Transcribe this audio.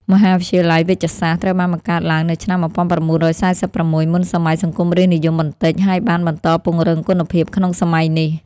មហាវិទ្យាល័យវេជ្ជសាស្ត្រ ត្រូវបានបង្កើតឡើងនៅឆ្នាំ ១៩៤៦ មុនសម័យសង្គមរាស្រ្តនិយមបន្តិច ហើយបានបន្តពង្រឹងគុណភាពក្នុងសម័យនេះ។